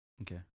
Okay